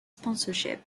sponsorship